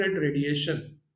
radiation